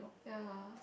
ya